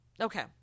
Okay